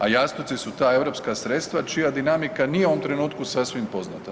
A jastuci su ta europska sredstva čija dinamika nije u ovom trenutku sasvim poznata.